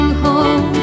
home